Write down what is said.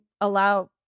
allow